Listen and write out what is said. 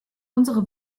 unsere